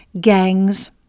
gangs